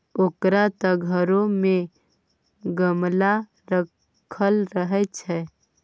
ओकर त घरो मे गमला राखल रहय छै